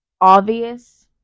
obvious